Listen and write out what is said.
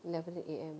eleven A_M